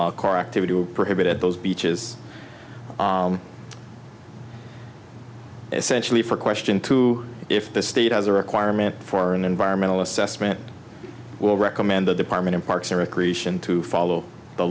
repeal activity or perhaps at those beaches essentially for question two if the state has a requirement for an environmental assessment will recommend the department of parks and recreation to follow the